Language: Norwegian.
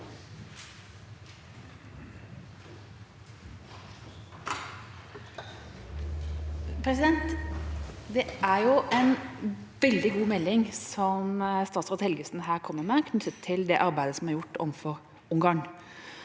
Det er en veldig god melding statsråd Helgesen her kommer med, knyttet til det arbeidet som er gjort overfor Ungarn.